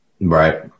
Right